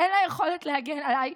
אין לה יכולת להגן עליי.